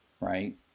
right